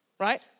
Right